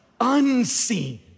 unseen